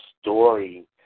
story